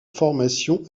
formation